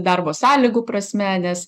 darbo sąlygų prasme nes